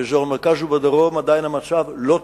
באזור המרכז ובדרום עדיין המצב לא טוב,